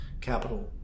capital